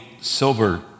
silver